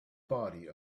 body